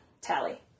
Tally